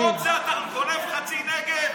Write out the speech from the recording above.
במקום זה אתה גונב חצי נגב.